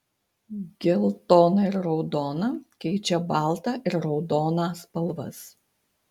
geltona ir raudona keičia baltą ir raudoną spalvas